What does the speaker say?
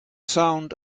sound